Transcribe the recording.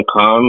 come